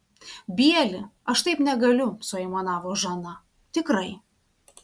bieli aš taip negaliu suaimanavo žana tikrai